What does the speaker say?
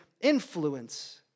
influence